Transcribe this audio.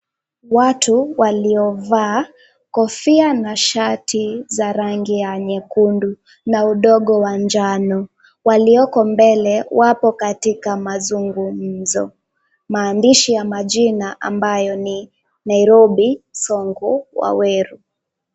Watu waliovaa kofia na shati za rangi ya nyekundu na udongo wa njano walioko mbele wako katika mazungumzo. Mahandishi na majina ambayo ni Nairobi Sonko Waweru.